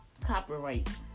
copyright